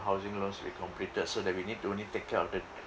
housing loans be completed so that we need to only take care of the